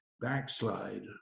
backslide